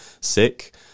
sick